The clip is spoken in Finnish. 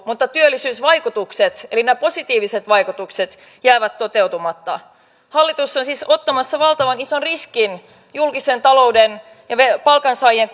mutta työllisyysvaikutukset eli nämä positiiviset vaikutukset jäävät toteutumatta hallitus on siis ottamassa valtavan ison riskin julkisen talouden ja palkansaajien